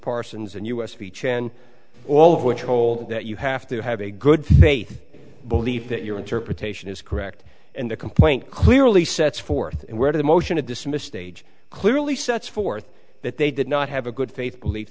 parsons and us speech and all of which are told that you have to have a good faith belief that your interpretation is correct and the complaint clearly sets forth and where the motion to dismiss stage clearly sets forth that they did not have a good faith belief